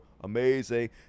amazing